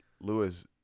Lewis